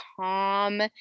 calm